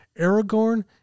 Aragorn